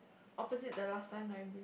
opposite the last time library